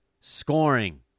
Scoring